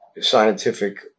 scientific